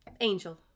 Angel